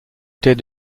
était